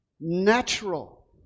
natural